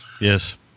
Yes